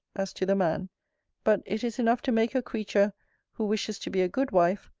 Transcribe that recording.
as to the man but it is enough to make a creature who wishes to be a good wife,